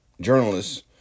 journalists